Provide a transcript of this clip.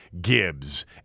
Gibbs